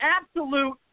absolute